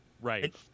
right